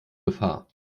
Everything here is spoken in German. gefahr